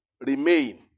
remain